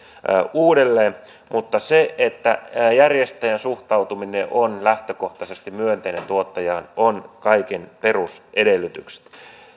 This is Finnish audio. uudelleen mutta se että järjestäjän suhtautuminen on lähtökohtaisesti myönteinen tuottajaan on kaiken perusedellytys